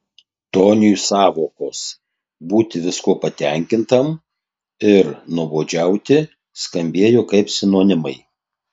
toniui sąvokos būti viskuo patenkintam ir nuobodžiauti skambėjo kaip sinonimai